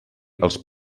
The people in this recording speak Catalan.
els